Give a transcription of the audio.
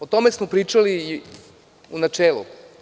O tome smo pričali i u načelu.